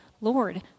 Lord